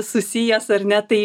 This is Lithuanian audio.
susijęs ar ne tai